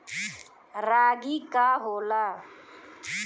रागी का होला?